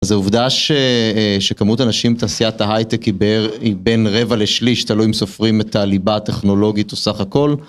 אז העובדה שכמות האנשים בתעשיית ההייטק היא בין רבע לשליש תלוי אם סופרים את הליבה הטכנולוגית או סך הכל.